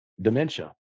dementia